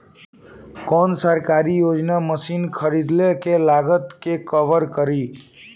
कौन सरकारी योजना मशीन खरीदले के लागत के कवर करीं?